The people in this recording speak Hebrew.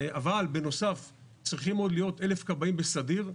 אבל בנוסף צריכים עוד להיות 1,000 כבאים בסדיר,